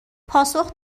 پاسخ